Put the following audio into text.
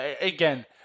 Again